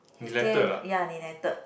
he's still ya neglected